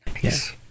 Yes